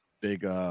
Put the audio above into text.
big